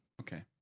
Okay